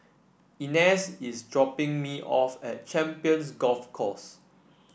Inez is dropping me off at Champions Golf Course